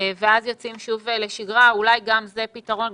ואז יוצאים שוב לשגרה, אולי גם זה פתרון.